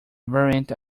variant